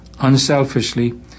unselfishly